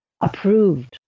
approved